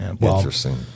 interesting